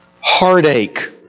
heartache